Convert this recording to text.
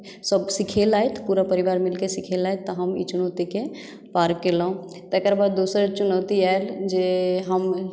सभ सिखेलथि पुरा परिवारमिलकेँ सिखेलथि तऽ हम ई चुनौतीकेँ पार केलहुँ तकर बाद दोसर चुनौती आयल जे हम